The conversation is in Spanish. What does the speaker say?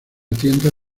tienda